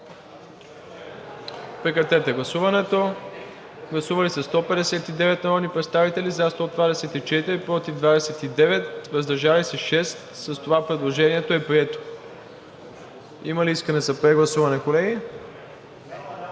на професор Чорбанов. Гласували 159 народни представители: за 124, против 29, въздържали се 6. Предложението е прието. Има ли искане за прегласуване, колеги?